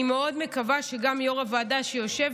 אני מקווה מאוד שגם יו"ר הוועדה שיושב